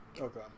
Okay